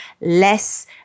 less